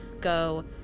go